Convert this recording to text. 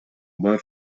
бар